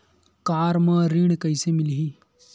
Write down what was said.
Car म ऋण कइसे मिलही?